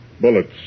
Bullets